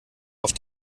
auf